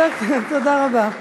תודה רבה.